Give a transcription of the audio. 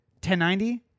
1090